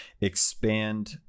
expand